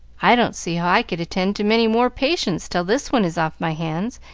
i don't see how i could attend to many more patients till this one is off my hands,